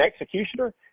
executioner